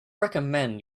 recommend